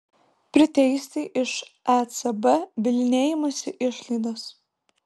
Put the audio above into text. priteisti iš ecb bylinėjimosi išlaidas